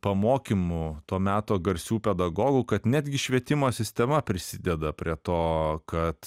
pamokymų to meto garsių pedagogų kad netgi švietimo sistema prisideda prie to kad